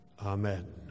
Amen